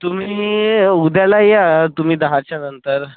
तुम्ही उद्याला या तुम्ही दहाच्या नंतर